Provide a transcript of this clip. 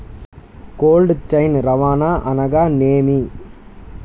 Cold chain రవాణా అనగా నేమి?